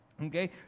okay